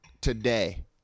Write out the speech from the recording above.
today